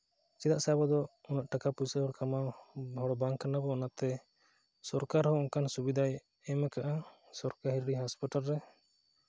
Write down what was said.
ᱪᱮᱫᱟᱜ ᱥᱮ ᱟᱵᱚ ᱫᱚ ᱩᱱᱟᱹᱜ ᱴᱟᱠᱟ ᱯᱚᱭᱥᱟ ᱠᱟᱢᱟᱣ ᱦᱚᱲ ᱵᱟᱝ ᱠᱟᱱᱟ ᱵᱚᱱ ᱚᱱᱟᱛᱮ ᱥᱚᱨᱠᱟᱨ ᱦᱚᱸ ᱚᱱᱠᱟᱱ ᱥᱩᱵᱤᱫᱷᱟᱭ ᱮᱢ ᱟᱠᱟᱫᱼᱟ ᱥᱚᱨᱠᱟᱨᱤ ᱦᱟᱥᱯᱟᱛᱟᱞ ᱨᱮ